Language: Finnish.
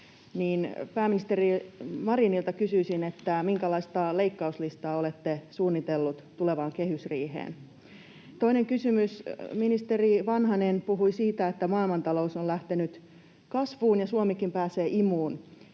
Pääministeri Marinilta kysyisin: minkälaista leikkauslistaa olette suunnitellut tulevaan kehysriiheen? Toinen kysymys: Ministeri Vanhanen puhui siitä, että maailmantalous on lähtenyt kasvuun ja Suomikin pääsee imuun.